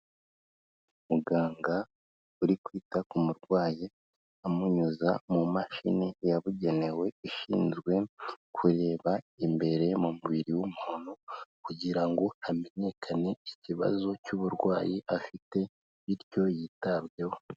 Muganga uri kwita ku murwayi amunyuza mu mashini yabugenewe, ishinzwe kureba imbere mu mubiri w'umuntu, kugira ngo hamenyekane ikibazo cy'uburwayi afite, bityo yitabweho.